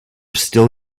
still